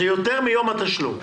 זה יותר מיום התשלום.